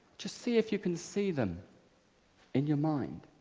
just see if you can see them in your mind.